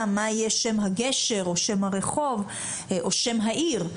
מה יהיה שם הגשר או שם הרחוב או שם העיר.